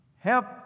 Help